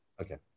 Okay